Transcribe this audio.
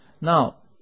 Now